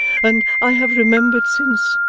and, i have remembered since,